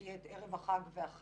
כי יהיה את ערב החג והחג.